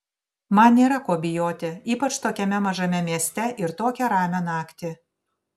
man nėra ko bijoti ypač tokiame mažame mieste ir tokią ramią naktį